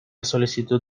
solicitud